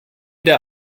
der